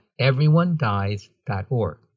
everyonedies.org